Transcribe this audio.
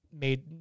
made